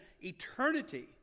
eternity